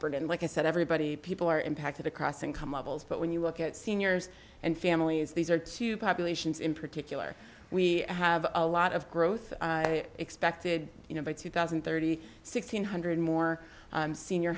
burden like i said everybody people are impacted across income levels but when you look at seniors and families these are two populations in particular we have a lot of growth expected you know by two thousand and thirty six hundred more senior